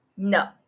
No